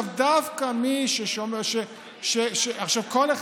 דווקא מי שאומר, כל אחד,